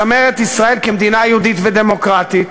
לשמר את ישראל כמדינה יהודית ודמוקרטית?